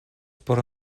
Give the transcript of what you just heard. por